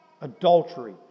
Adultery